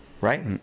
Right